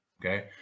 Okay